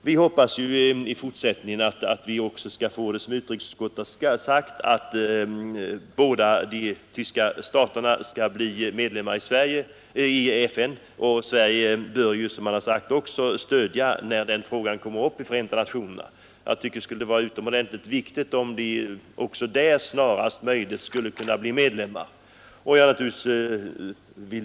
Vi hoppas — som också utrikesutskottet har skrivit — att båda de tyska staterna blir medlemmar i FN, och som utskottet också sagt bör Sverige stödja ett förslag härom när den frågan kommer upp i Förenta nationerna. Jag anser det vara utomordentligt viktigt att Östtyskland får bli medlem där snarast möjligt.